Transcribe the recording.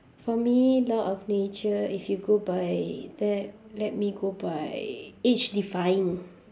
for me law of nature if you go by that let me go by age defying